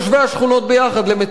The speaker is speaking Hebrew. התוצאה תהיה איומה ונוראה.